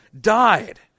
died